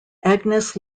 agnes